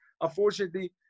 unfortunately